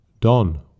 Don